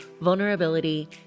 vulnerability